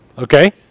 Okay